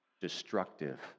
destructive